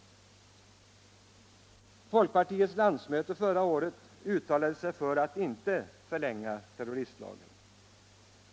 Folkpartiets landsmöte förra året uttalade sig för att inte förlänga terroristlagen.